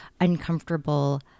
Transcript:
uncomfortable